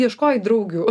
ieškojai draugių